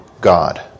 God